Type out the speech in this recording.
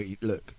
look